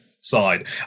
side